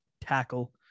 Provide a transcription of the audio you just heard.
tackle